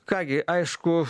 ką gi aišku